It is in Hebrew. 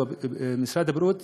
שהוא משרד הבריאות,